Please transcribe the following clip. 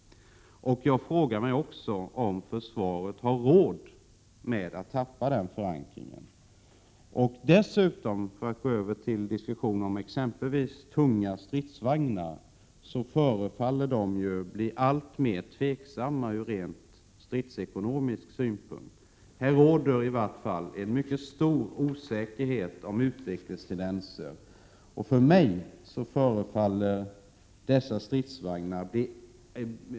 1987/88:131 mig också om försvaret har råd att förlora denna förankring. Dessutom = 1juni 1988 förefaller ju t.ex. tunga stridsvagnar att bli alltmer tveksamma ur stridsekonomisk synpunkt. I detta sammanhang råder i vart fall en mycket stor osäkerhet om utvecklingstendenserna.